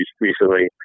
recently